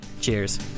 cheers